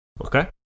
Okay